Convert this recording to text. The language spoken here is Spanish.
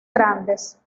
grandes